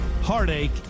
Heartache